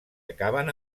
acaben